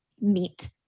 meet